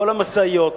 כל המשאיות